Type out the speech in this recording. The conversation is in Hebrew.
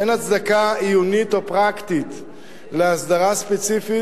אין הצדקה עיונית או פרקטית להסדרה ספציפית